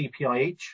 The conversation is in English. CPIH